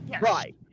Right